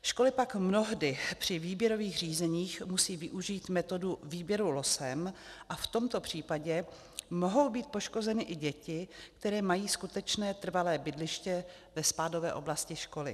Školy pak mnohdy při výběrových řízeních musí využít metodu výběru losem a v tomto případě mohou být poškozeny i děti, které mají skutečné trvalé bydliště ve spádové oblasti školy.